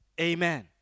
Amen